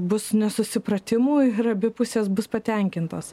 bus nesusipratimų ir abi pusės bus patenkintos